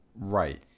Right